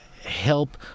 help